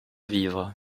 vivre